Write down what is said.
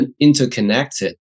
interconnected